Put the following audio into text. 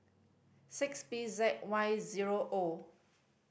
six P Z Y zero O